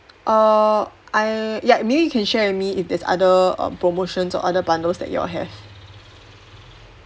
err I ya maybe you can share with me if there's other um promotions or other bundles that you all have